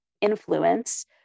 influence